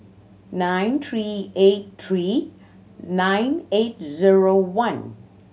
nine three eight three nine eight zero one